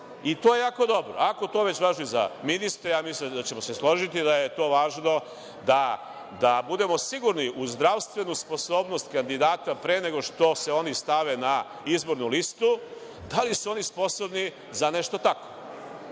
I to je jako dobro. Ako to već važi za ministre, ja mislim da ćemo se složiti da je to važno da budemo sigurni u zdravstvenu sposobnost kandidata pre nego što se oni stave na izbornu listu, da li su oni sposobni za nešto